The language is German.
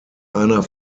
einer